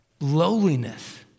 lowliness